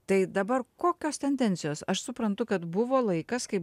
tai dabar kokios tendencijos aš suprantu kad buvo laikas kai